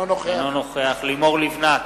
אינו נוכח לימור לבנת,